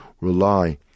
rely